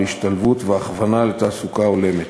להשתלבות והכוונה לתעסוקה הולמת.